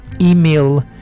email